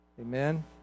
Amen